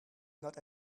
not